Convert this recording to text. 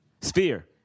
Sphere